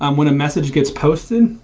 um when a message gets posted,